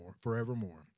forevermore